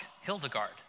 Hildegard